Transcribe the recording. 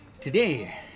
today